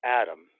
adam